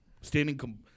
Standing